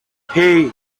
hey